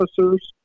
officers